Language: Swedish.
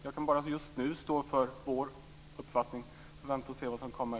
Just nu kan jag bara stå för vår uppfattning. Vi får vänta och se vad som kommer.